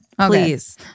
Please